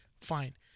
fine